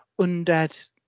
Undead